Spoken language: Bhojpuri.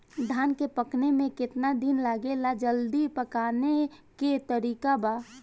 धान के पकने में केतना दिन लागेला जल्दी पकाने के तरीका बा?